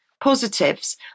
positives